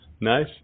Nice